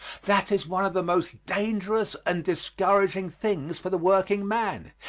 that is one of the most dangerous and discouraging things for the working man.